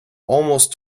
almost